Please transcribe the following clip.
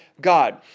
God